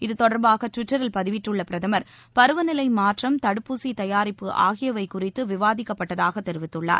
இது தொடர்பாக டுவிட்டரில் பதிவிட்டுள்ள பிரதமர் பருவநிலை மாற்றம் தடுப்பூசி தயாரிப்பு ஆகியவை குறித்து விவாதிக்கப்பட்டதாக தெரிவித்துள்ளார்